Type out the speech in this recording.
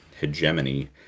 hegemony